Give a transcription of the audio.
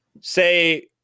say